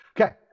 okay